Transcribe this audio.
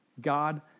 God